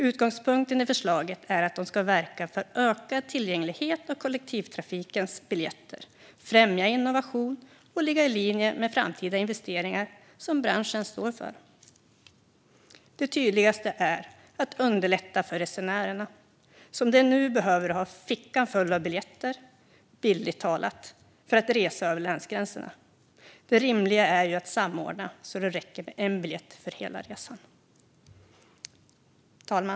Utgångspunkten i förslagen är att de ska verka för ökad tillgänglighet till kollektivtrafikens biljetter, främja innovation och ligga i linje med framtida investeringar som branschen står inför. Det tydligaste är att underlätta för resenärerna. Som det är nu behöver du ha fickan full av biljetter, bildligt talat, för att resa över länsgränserna. Det rimliga är ju att samordna så att det räcker med en biljett för hela resan. Fru talman!